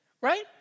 right